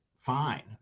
fine